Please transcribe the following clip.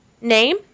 Name